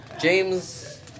James